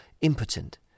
impotent